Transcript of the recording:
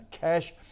cash